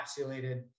encapsulated